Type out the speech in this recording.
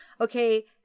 okay